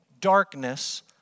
darkness